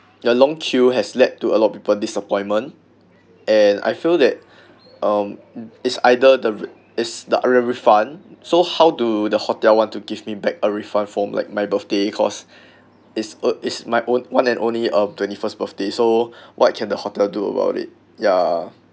ya long queue has led to a lot of people disappointment and I feel that um this either the is the other refund so how do the hotel want to give me back a refund form like my birthday cause is uh is my own one and only uh twenty first birthday so what can the hotel do about it ya